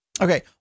Okay